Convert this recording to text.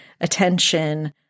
attention